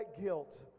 guilt